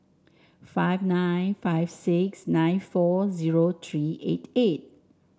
five nine five six nine four zero three eight eight